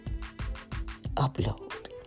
upload